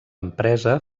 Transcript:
empresa